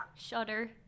Shudder